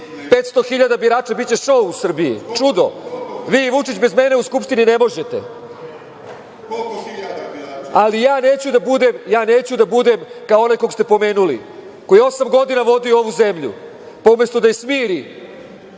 hiljada birača biće šou u Srbiji, čudo. Vi i Vučić bez mene u Skupštini ne možete. Ali, ja neću da budem kao onaj koga ste pomenuli, koji je osam godina vodio ovu zemlju, pa umesto da je smiri